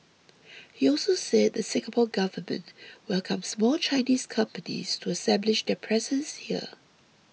he also said the Singapore Government welcomes more Chinese companies to establish their presence here